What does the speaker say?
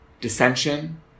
dissension